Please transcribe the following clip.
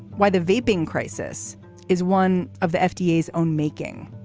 why the vaping crisis is one of the fda is own making.